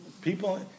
people